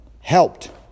helped